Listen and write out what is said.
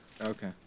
Okay